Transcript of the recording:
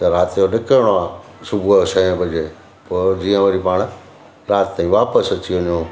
त राति जो निकिरणो आ्हे सुबुहु छह बजे पो जीअं वरी पाण राति ताईं वापसि अची वञूं